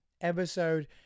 Episode